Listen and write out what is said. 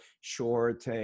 short